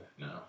no